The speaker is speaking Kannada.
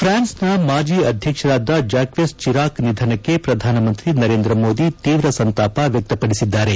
ಫ್ರಾನ್ಸ್ನ ಮಾಜಿ ಅಧ್ಯಕ್ಷರಾದ ಜಾಕ್ವೆಸ್ ಚಿರಾಕ್ ನಿಧನಕ್ಕೆ ಪ್ರಧಾನಮಂತ್ರಿ ನರೇಂದ್ರ ಮೋದಿ ತೀವ್ರ ಸಂತಾಪ ವ್ಯಕ್ತಪದಿಸಿದ್ದಾರೆ